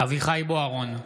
אביחי אברהם בוארון,